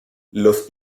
los